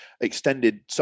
extended